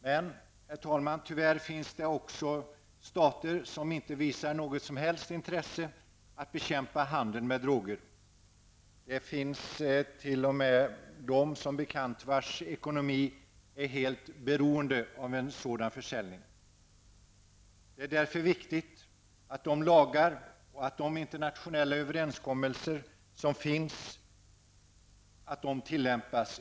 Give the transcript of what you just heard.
Men, herr talman, tyvärr finns det också stater som inte visar något som helst intresse för att bekämpa handeln med droger. Det finns t.o.m., som bekant, länder vars ekonomi är helt beroende av sådan försäljning. Det är därför viktigt att de lagar och internationella överenskommelser som finns också tillämpas.